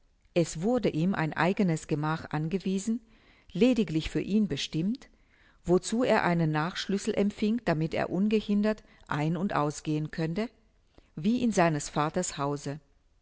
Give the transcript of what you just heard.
es wurde ihm ein eigenes gemach angewiesen lediglich für ihn bestimmt wozu er einen nachschlüssel empfing damit er ungehindert ein und ausgehen könne wie in seines vaters hause